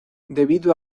debido